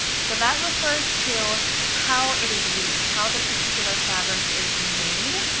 so that refers to how it is weaved. how the particular fabric is made.